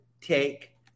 take